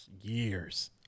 years